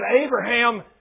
Abraham